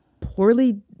poorly